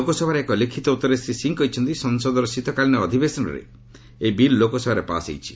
ଲୋକସଭାରେ ଏକ ଲିଖିତ ଉତ୍ତରରେ ଶ୍ରୀ ସିଂହ କହିଛନ୍ତି ସଂସଦର ଶୀତକାଳୀନ ଅଧିବେଶନରେ ଏହି ବିଲ୍ ଲୋକସଭାରେ ପାସ୍ ହୋଇଛି